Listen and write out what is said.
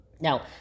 Now